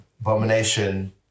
Abomination